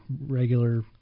regular